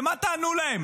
ומה תענו להם?